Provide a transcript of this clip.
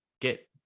get